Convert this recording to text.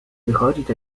wychodzić